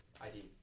ID